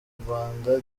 rwanda